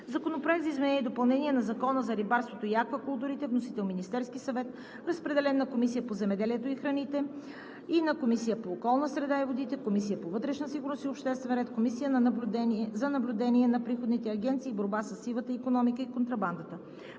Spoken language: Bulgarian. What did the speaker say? Законопроект за изменение и допълнение на Закона за рибарството и аквакултурите. Вносител – Министерският съвет. Разпределен е на Комисията по земеделието и храните, Комисията по околната среда и водите, Комисията по вътрешна сигурност и обществен ред, Комисията за наблюдение на приходните агенции и борба със сивата икономика и контрабандата.